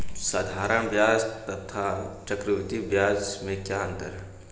साधारण ब्याज तथा चक्रवर्धी ब्याज में क्या अंतर है?